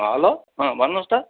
hello भन्नुहोस् त